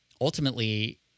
ultimately